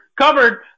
covered